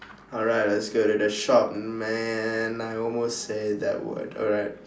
alright that's good it's a shop man I almost say that word alright